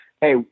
hey